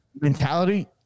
mentality